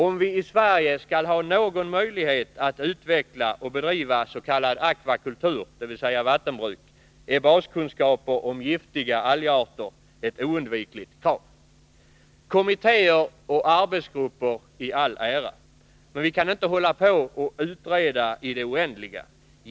Om vi i Sverige skall ha någon möjlighet att utveckla och bedriva s.k. akvakultur, dvs. vattenbruk, är baskunskaper om giftiga algarter ett oundvikligt krav. Kommittéer och arbetsgrupper i all ära. Men vi kan inte hålla på och utreda i det oändliga.